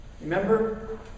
Remember